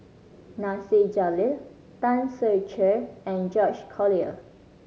Nasir Jalil Tan Ser Cher and George Collyer